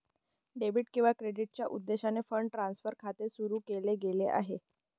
debit किंवा क्रेडिटच्या उद्देशाने फंड ट्रान्सफर खाते सुरू केले गेले आहे